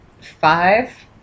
five